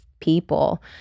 people